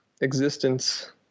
existence